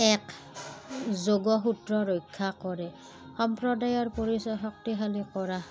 এক যোগসূত্ৰ ৰক্ষা কৰে সম্প্ৰদায়ৰ পৰিচয় শক্তিশালী কৰা